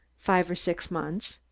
five or six months.